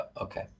Okay